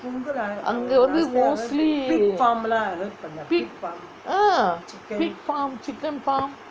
அங்கே வந்து:angae vanthu mostly pig ah pig farm chicken farm